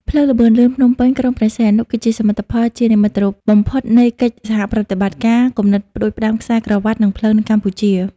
ផ្លូវល្បឿនលឿនភ្នំពេញ-ក្រុងព្រះសីហនុ គឺជាសមិទ្ធផលជានិមិត្តរូបបំផុតនៃកិច្ចសហប្រតិបត្តិការ គំនិតផ្ដួចផ្ដើមខ្សែក្រវាត់ និងផ្លូវ នៅកម្ពុជា។